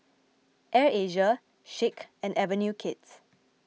Air Asia Schick and Avenue Kids